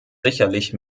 sicherlich